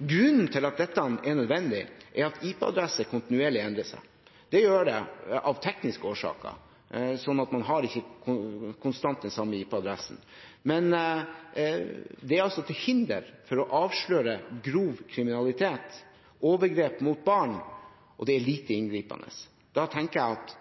Grunnen til at dette er nødvendig, er at IP-adresser kontinuerlig endrer seg. Det gjør de av tekniske årsaker. Man har ikke konstant den samme IP-adressen. Det er til hinder for å avsløre grov kriminalitet, overgrep mot barn. Og det er lite inngripende. Da tenker jeg at